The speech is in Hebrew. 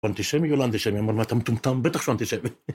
אנטישמי ולא אנטישמי, מה אתה מטומטם, בטח שהו אנטישמי.